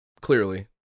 Clearly